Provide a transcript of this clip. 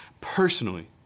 Personally